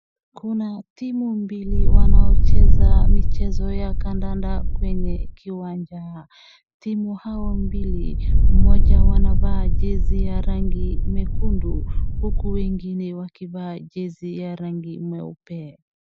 Kuna timu mbili wanaocheza michezo ya kandanda kwenye kiwanja. Timu hao mbili moja wanavaa jezi ya rangi nyekundu huku wengine wakivaa jezi ya rangi nyeupe.